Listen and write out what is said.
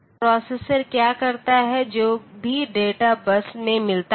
तो प्रोसेसर क्या करता है जो भी डेटा बस में मिलता है